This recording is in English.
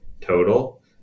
total